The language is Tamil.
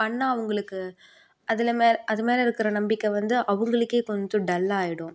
பண்ணால் அவங்களுக்கு அதில் அது மேலே இருக்கிற நம்பிக்கை வந்து அவங்களுக்கே கொஞ்சம் டல்லாகிடும்